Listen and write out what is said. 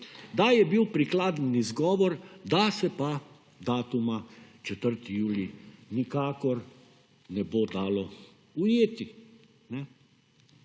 da je bil prikladen izgovor, da se pa datuma 4. julij nikakor ne bo dalo ujeti.